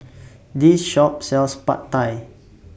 This Shop sells Pad Thai